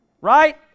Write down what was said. Right